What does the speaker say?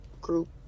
group